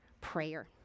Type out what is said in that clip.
prayer